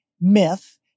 myth